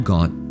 God